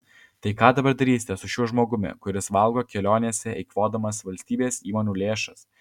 tai ką dabar darysite su šiuo žmogumi kuris valgo kelionėse eikvodamas valstybės įmonių lėšas